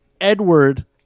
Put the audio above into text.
Edward